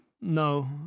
No